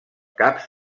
caps